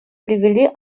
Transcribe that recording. привели